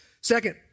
Second